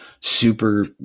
super